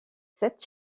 cette